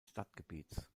stadtgebiets